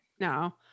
no